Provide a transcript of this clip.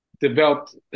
developed